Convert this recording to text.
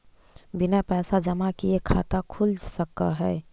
बिना पैसा जमा किए खाता खुल सक है?